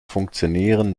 funktionieren